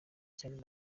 cyane